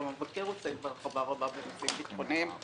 המבקר עוסק בהרחבה רבה בנושאים ביטחוניים.